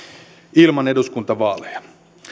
ilman eduskuntavaaleja